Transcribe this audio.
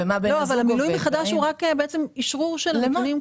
אבל המילוי מחדש הוא כמעט רק אשרור של הנתונים.